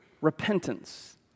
repentance